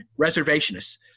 reservationists